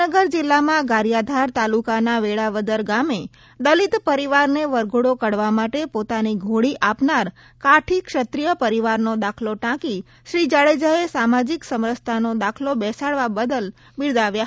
ભાવનગર જિલ્લામાં ગારીયાધાર તાલુકાના વેળાવદર ગામે દલિત પરિવારને વરઘોડો કાઢવા માટે પોતાની ઘોડી આપનાર કાઠી ક્ષત્રિય પરિવારનો દાખલો ટાંકી શ્રી જાડેજાએ સામાજિક સમસરતાનો દાખલો બેસાડવા બદલ બિરદાવ્યા હતા